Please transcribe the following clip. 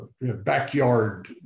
backyard